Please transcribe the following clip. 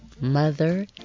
Mother